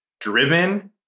driven